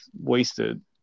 wasted